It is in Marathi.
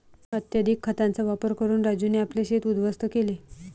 अत्यधिक खतांचा वापर करून राजूने आपले शेत उध्वस्त केले